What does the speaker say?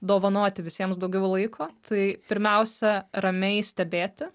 dovanoti visiems daugiau laiko tai pirmiausia ramiai stebėti